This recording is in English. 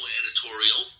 editorial